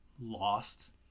lost